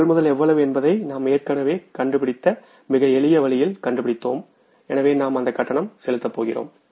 கொள்முதல் எவ்வளவு என்பதை நாம் ஏற்கனவே கண்டுபிடித்த மிக எளிய வழியில் கண்டுபிடித்தோம் எனவே நாம் அந்த கட்டணம் செலுத்தப் போகிறோம்